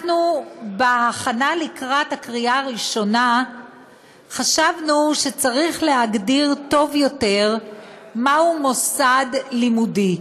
בהכנה לקראת קריאה ראשונה חשבנו שצריך להגדיר טוב יותר מהו מוסד לימודי,